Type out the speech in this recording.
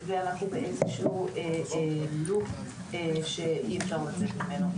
ואנחנו באיזשהו לופ, שאי אפשר לצאת ממנו.